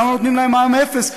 למה לא נותנים להם מע"מ אפס?